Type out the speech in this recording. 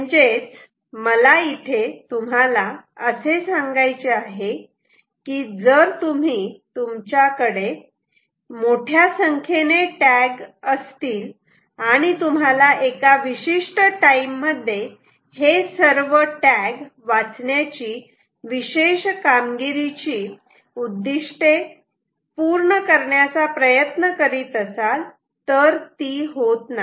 म्हणजेच मला इथे तुम्हाला असे सांगायचे आहे की जर तुमच्याकडे मोठ्या संख्येने टॅग असतील आणि तुम्हाला एका विशिष्ट टाईम मध्ये हे सर्व टॅग वाचण्याची विशेष कामगिरीची उद्दिष्टे पूर्ण करण्याचा प्रयत्न करीत असाल तर ती होत नाही